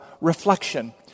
reflection